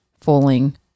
falling